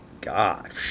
God